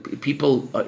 people